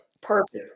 Perfect